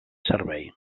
servei